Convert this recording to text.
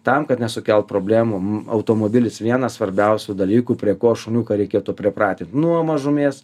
tam kad nesukelt problemų automobilis vienas svarbiausių dalykų prie ko šuniuką reikėtų pripratint nuo mažumės